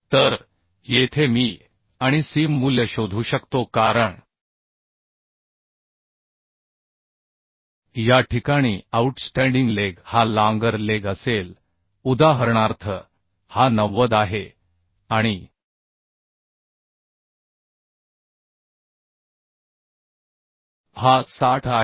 तर येथे मी a आणि c मूल्य शोधू शकतो कारण या ठिकाणी आऊटस्टँडिंग लेग हा लाँगर लेग असेल उदाहरणार्थ हा 90 आहे आणि हा 60 आहे